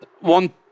One